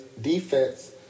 defense